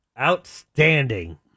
Outstanding